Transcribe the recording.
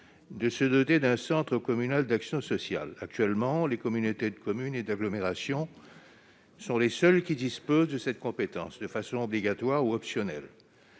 de se doter d'un centre intercommunal d'action sociale. Actuellement, les communautés de communes et d'agglomération sont les seules qui disposent de cette compétence, de façon obligatoire ou optionnelle.